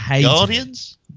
Guardians